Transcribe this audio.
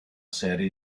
serie